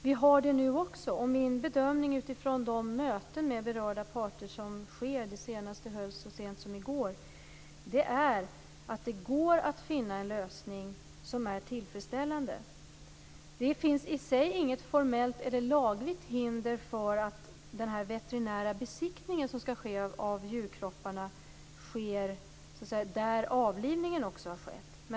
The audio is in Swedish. Vi har det nu också, och min bedömning utifrån de möten med berörda parter som sker - det senaste hölls så sent som i går - är att det går att finna en lösning som är tillfredsställande. Det finns i sig inget formellt eller lagligt hinder för att den veterinära besiktning som skall ske av djurkropparna sker där avlivningen har skett.